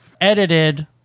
edited